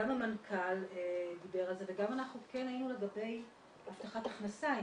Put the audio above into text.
גם המנכ"ל דיבר על זה וגם אנחנו כן תהינו לגבי הבטחת הכנסה אם